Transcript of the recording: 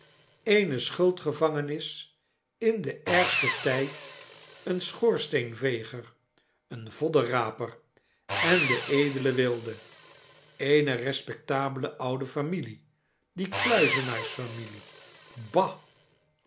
eene schuldgevangenis in den ergsten tyd een schoorsteenveger een voddenraper en de edele wilde eene respectabele oude familie die kluizenaars-familie ba